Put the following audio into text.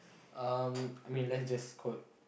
um I mean let's just call